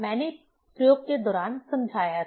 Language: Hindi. मैंने प्रयोग के दौरान समझाया था